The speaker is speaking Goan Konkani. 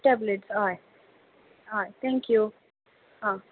टॅबलेट हय हय थेंक यू आं